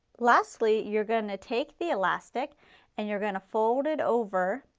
lastly you are going to take the elastic and you are going to fold it over,